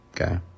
Okay